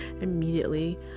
immediately